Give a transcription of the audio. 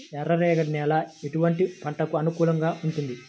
ఎర్ర రేగడి నేల ఎటువంటి పంటలకు అనుకూలంగా ఉంటుంది?